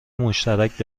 مشترک